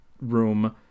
room